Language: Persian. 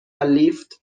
لیفت